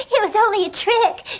yeah it was only a trick!